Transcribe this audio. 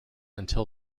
until